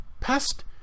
Past